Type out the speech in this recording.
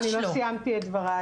ואני מאוד אשמח להבין אותם.